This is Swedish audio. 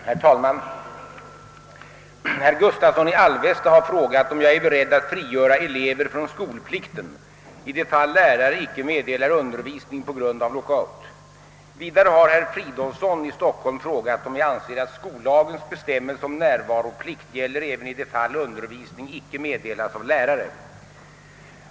Herr talman! Herr Gustavsson i Alvesta har frågat, om jag är beredd att frigöra elever från skolplikten i de fall lärare icke meddelar undervisning på grund av lockout. Vidare har herr Fridolfsson i Stockholm frågat, om jag anser att skollagens bestämmelse om närvaroplikt gäller även i de fall undervisning icke meddelas av lärare.